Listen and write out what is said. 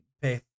pay